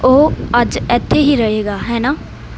ਉਹ ਅੱਜ ਇੱਥੇ ਹੀ ਰਹੇਗਾ ਹੈ ਨਾ